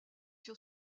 sur